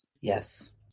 Yes